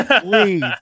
please